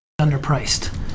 underpriced